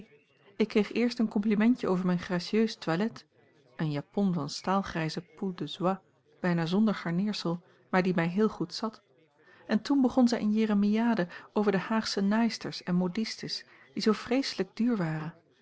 ik kreeg eerst een complimentje over mijn gracieus toilet een japon van staalgrijze poult de soie bijna zonder garneersel maar die mij heel goed zat en toen begon zij een jeremiade over de haagsche naaisters en modistes die zoo vreeslijk duur waren